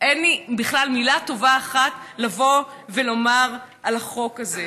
אין לי בכלל מילה טובה אחת לבוא ולומר על החוק הזה.